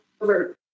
over